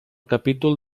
capítol